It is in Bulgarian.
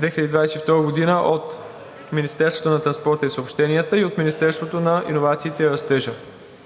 2022 г. от Министерството на транспорта и съобщенията и от Министерството на иновациите и растежа.